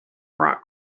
rock